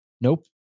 Nope